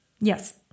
Yes